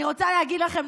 אני רוצה להגיד לכם,